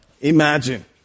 Imagine